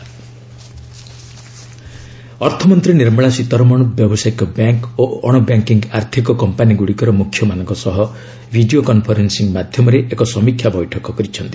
FM review meeting ଅର୍ଥମନ୍ତ୍ରୀ ନିର୍ମଳା ସୀତାରମଣ ବ୍ୟବସାୟିକ bank ଓ ଅଣ ବ୍ୟାଙ୍କିଙ୍ଗ୍ ଆର୍ଥକ କମ୍ପାନୀଗୁଡ଼ିକର ମୁଖ୍ୟମାନଙ୍କ ସହ ଭିଡ଼ିଓ କନ୍ଫରେନ୍ସିଂ ମାଧ୍ୟମରେ ଏକ ସମୀକ୍ଷା ବୈଠକ କରିଛନ୍ତି